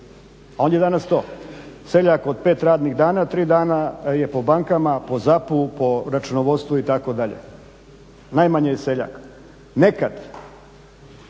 a on je danas to. Seljak od pet radnih dana tri dana je po bankama, po ZAP-u, po računovodstvu itd. najmanje je seljak. Nekada